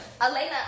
Elena